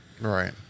Right